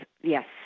Yes